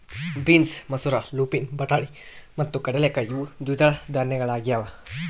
beans ಮಸೂರ lupin ಬಟಾಣಿ ಮತ್ತು ಕಡಲೆಕಾಯಿ ಇವು ದ್ವಿದಳ ಧಾನ್ಯಗಳಾಗ್ಯವ